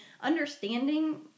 understanding